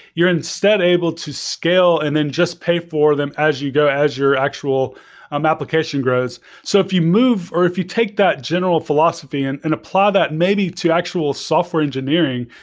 you're instead able to scale and then just pay for them as you go, as your actual um application grows so if you move, or if you take that general philosophy and and apply that maybe to actual software engineering,